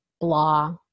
blah